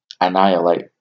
annihilate